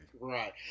Right